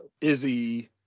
Izzy